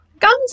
Guns